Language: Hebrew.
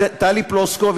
טלי פלוסקוב,